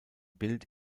bild